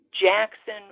Jackson